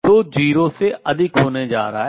तो 0 से अधिक होने जा रहा है